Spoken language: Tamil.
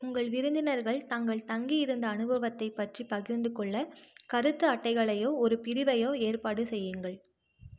உங்கள் விருந்தினர்கள் தாங்கள் தங்கி இருந்த அனுபவத்தைப் பற்றிப் பகிர்ந்துகொள்ள கருத்து அட்டைகளையோ ஒரு பிரிவையோ ஏற்பாடு செய்யுங்கள்